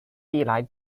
历来